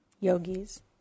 Yogis